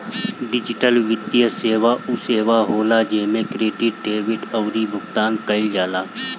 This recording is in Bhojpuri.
डिजिटल वित्तीय सेवा उ सेवा होला जेमे क्रेडिट, डेबिट अउरी भुगतान कईल जाला